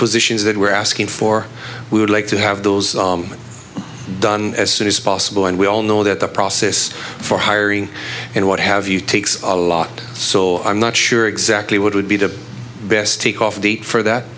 positions that we're asking for we would like to have those done as soon as possible and we all know that the process for hiring and what have you takes a lot so i'm not sure exactly what would be the best take off date for that